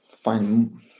find